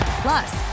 Plus